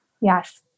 Yes